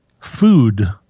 food